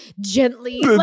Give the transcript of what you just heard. gently